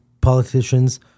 politicians